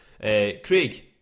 Craig